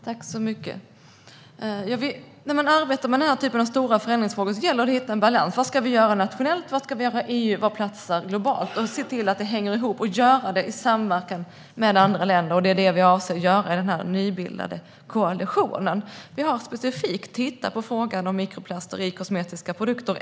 Herr talman! När man arbetar med den här typen av stora förändringsfrågor gäller det att hitta en balans mellan vad vi ska göra nationellt, vad vi ska göra i EU och vad som platsar globalt och se till att det hänger ihop och göra det i samverkan med andra länder. Det är det vi avser att göra i den här nybildade koalitionen. Vi har specifikt tittat på frågan om mikroplaster i kosmetiska produkter.